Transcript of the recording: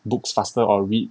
books faster or re~